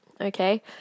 okay